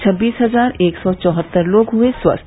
छब्बीस हजार एक सौ चौहत्तर लोग हुए स्वस्थ